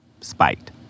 spiked